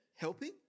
Helping